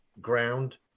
ground